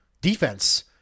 defense